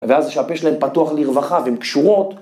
הבעיה זה שהפה שלהם פתוח לרווחה והן קשורות...